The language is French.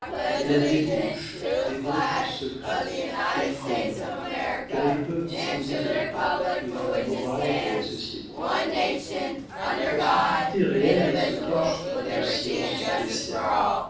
mais la débauche débauche secrète effrayante car ils peuvent disposer de tout et font la morale de la société leur stupidité réelle se cache sous une science spéciale